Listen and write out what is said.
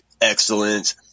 Excellent